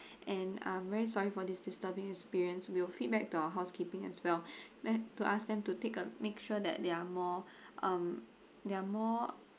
and I'm very sorry for this disturbing experience will feedback to our housekeeping as well let to ask them to take a make sure that they are more um they are more